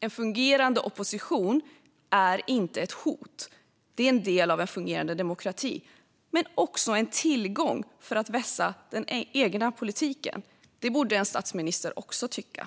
En fungerande opposition är inte ett hot. Den är en del av en fungerande demokrati men också en tillgång för att vässa den egna politiken. Det borde en statsminister också tycka.